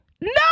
no